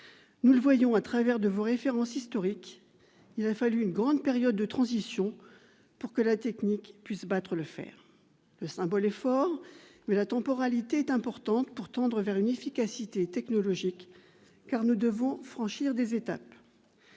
Nous le voyons au travers de vos références historiques, il a fallu une longue période de transition pour que l'homme, grâce à la technique, puisse battre le fer. Le symbole est fort, mais la temporalité est importante pour tendre vers une efficacité technologique. Car nous devons franchir des étapes.